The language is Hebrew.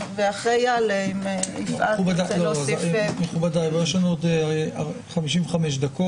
אשתדל לקצר כי עמית עמדה על עיקרי הדברים.